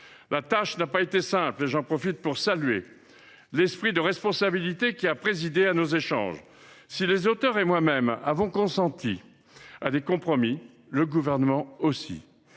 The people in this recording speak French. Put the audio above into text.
La tâche n’ayant pas été simple, j’en profite pour saluer l’esprit de responsabilité qui a présidé à nos échanges. Si les auteurs et moi même avons consenti à des compromis, le Gouvernement aussi.